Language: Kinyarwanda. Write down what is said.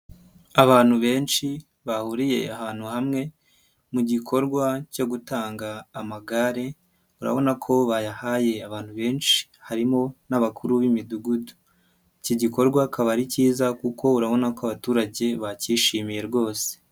Abantu benshi bahuriye ahantu hamwe mu gikorwa cyo gutanga amagare, urabona ko bayahaye abantu benshi harimo n'abakuru b'Imidugudu, iki gikorwa akaba ari cyiza kuko urabona ko abaturage bacyishimiye rwose.